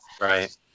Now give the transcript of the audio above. Right